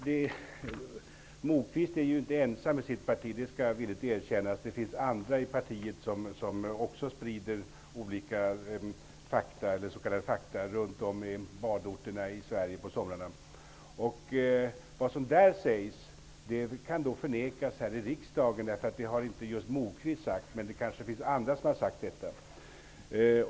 Herr talman! Lars Moquist är inte ensam i sitt parti, det skall jag villigt erkänna. Det finns andra i partiet som också sprider s.k. fakta runt om i badorterna i Sverige på somrarna. Vad som där sägs kan förnekas här i riksdagen, eftersom just Lars Moquist inte har sagt det. Men det kanske finns andra som har sagt det.